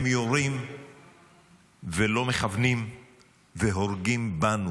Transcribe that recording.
הם יורים ולא מכוונים והורגים בנו,